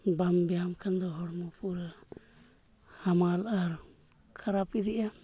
ᱵᱟᱢ ᱵᱮᱭᱟᱢ ᱠᱷᱟᱱ ᱫᱚ ᱦᱚᱲᱢᱚ ᱯᱩᱨᱟᱹ ᱦᱟᱢᱟᱞ ᱟᱨ ᱠᱷᱟᱨᱟᱯ ᱤᱫᱤᱜᱼᱟ